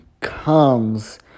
comes